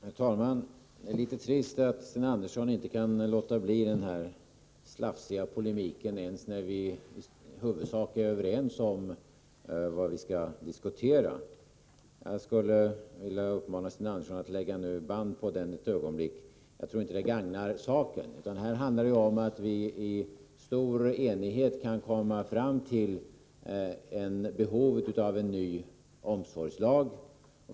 Herr talman! Det är litet trist att Sten Andersson inte kan låta bli den här slafsiga polemiken ens när vi i huvudsak är överens om vad vi skall diskutera. Jag skulle vilja uppmana Sten Andersson att nu lägga band på den ett ögonblick — jag tror inte att den gagnar saken. Här handlar det ju om att vi i stor enighet kan komma fram till att det finns behov av en ny omsorgslag.